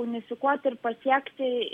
unifikuot ir pasiekti